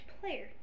player